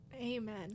Amen